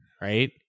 Right